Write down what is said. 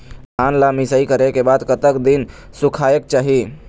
धान ला मिसाई करे के बाद कतक दिन सुखायेक चाही?